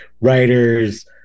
writers